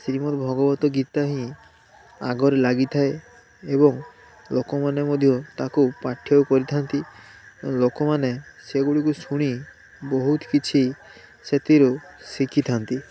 ଶ୍ରୀମଦ ଭଗବତ ଗୀତା ହିଁ ଆଗରେ ଲାଗିଥାଏ ଏବଂ ଲୋକମାନେ ମଧ୍ୟ ତାକୁ ପାଠ୍ୟ କରିଥାନ୍ତି ଲୋକମାନେ ସେଗୁଡ଼ିକୁ ଶୁଣି ବହୁତ କିଛି ସେଥିରୁ ଶିଖିଥାନ୍ତି